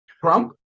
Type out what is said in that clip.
Trump